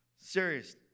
Serious